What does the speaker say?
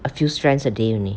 a few strands a day only